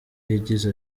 yagize